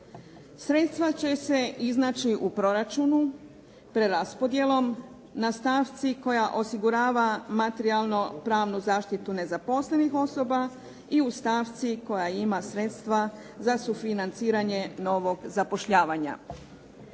Sredstva će se iznaći u proračunu preraspodjelom na stavci koja osigurava materijalno-pravnu zaštitu nezaposlenih osoba i u stavci koja ima sredstva za sufinanciranje novog zapošljavanja.